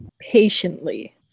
Patiently